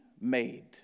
made